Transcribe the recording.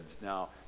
Now